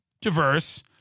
Diverse